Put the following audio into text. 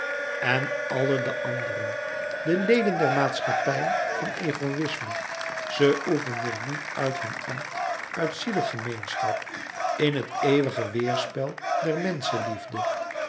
en alle de anderen de leden der maatschappij van egoïsme ze oefenden niet uit hun ambt uit zielegemeenschap in het eeuwige weêrspel der